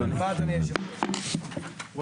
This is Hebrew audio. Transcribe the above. הישיבה